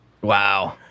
Wow